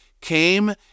came